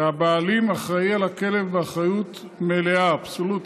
והבעלים אחראי לכלב באחריות מלאה, אבסולוטית.